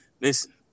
Listen